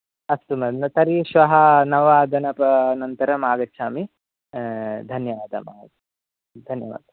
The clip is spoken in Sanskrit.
अस्तु तर्हि श्वः नववादनान्तरम् आगच्छामि धन्यवादः महोदय धन्यवादः